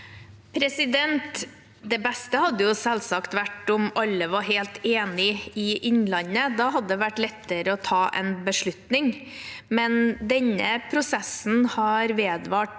Det beste had- de selvsagt vært om alle var helt enige i Innlandet. Da hadde det vært lettere å ta en beslutning. Denne prosessen har vedvart